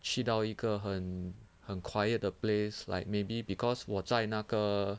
去到一个很很 quiet 的 place like maybe because 我在那个